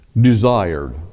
desired